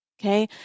okay